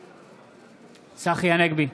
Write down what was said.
נגד צחי הנגבי,